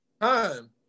time